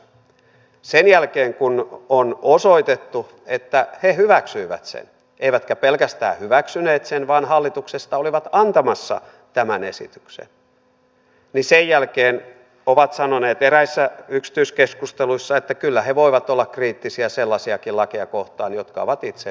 sen jälkeen kun on osoitettu että he hyväksyivät sen eivätkä pelkästään hyväksyneet vaan hallituksesta olivat antamassa tämän esityksen niin sen jälkeen ovat sanoneet eräissä yksityiskeskusteluissa että kyllä he voivat olla kriittisiä sellaisiakin lakeja kohtaan jotka ovat itse hyväksyneet